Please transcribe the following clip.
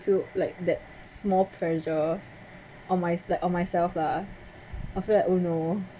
through like that small pressure on mice like on myself lah after that oh no